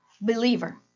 believer